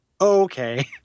okay